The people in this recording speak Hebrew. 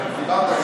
דיברתי.